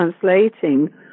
translating